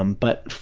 um but,